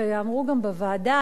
ואמרו גם בוועדה,